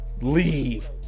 leave